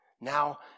Now